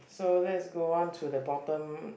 so let's go on to the bottom